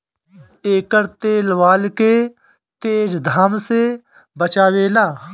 एकर तेल बाल के तेज घाम से बचावेला